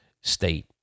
state